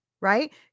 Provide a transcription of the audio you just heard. Right